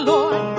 Lord